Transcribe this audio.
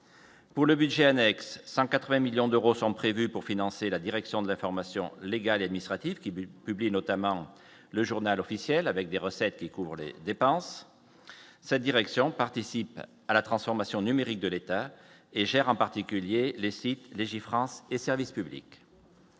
Pour le budget annexe 180 millions d'euros sont prévus pour financer la direction de l'information légale et administrative qui bulle publie notamment le Journal officiel, avec des recettes qui couvre les dépenses sa direction participe à la transformation numérique de l'État et gère en particulier les site Legifrance et service public.